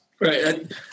Right